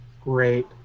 Great